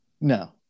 No